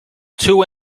two